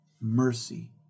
mercy